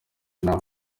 nta